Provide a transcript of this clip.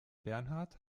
bernhard